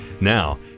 Now